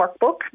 workbook